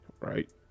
right